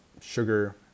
sugar